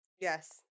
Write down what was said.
yes